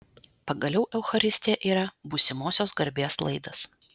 pagaliau eucharistija yra būsimosios garbės laidas